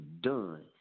done